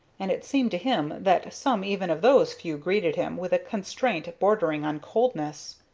and it seemed to him that some even of those few greeted him with a constraint bordering on coldness.